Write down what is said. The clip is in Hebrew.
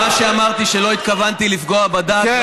מה שאמרתי, שלא התכוונתי לפגוע בדת.